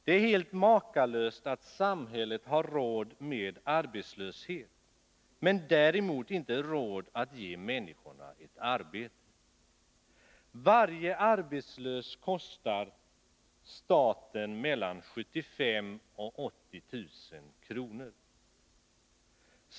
Det är helt makalöst att samhället har råd med arbetslöshet, men inte råd att ge människor ett arbete. Varje arbetslös kostar staten mellan 75 000 och 80 000 kr.